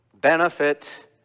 benefit